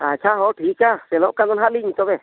ᱟᱪᱪᱷᱟ ᱦᱮᱸ ᱴᱷᱤᱠᱼᱟ ᱥᱮᱱᱚᱜ ᱠᱟᱱᱟ ᱞᱤᱧ ᱛᱚᱵᱮ